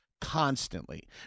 constantly